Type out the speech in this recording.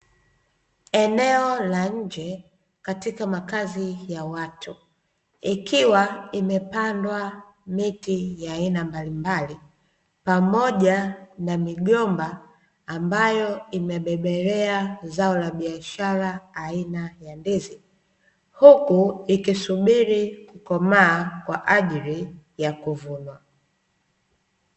Eneo la nje katika makazi ya watu, ikiwa imepandwa miti ya aina mbalimbali pamoja na migomba ambayo imebebelea zao la biashara aina ya ndizi. Huku ikisubiri kukomaa kwa ajili ya kuvunwa.